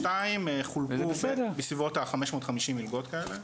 בשנת 22 חולקו בסביבות ה-550 מלגות כאלה,